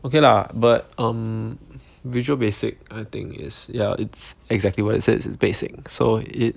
okay lah but um visual basic I think is ya it's exactly what it says is basic so it